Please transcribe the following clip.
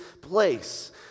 place